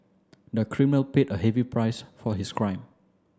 the criminal paid a heavy price for his crime